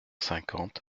cinquante